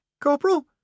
Corporal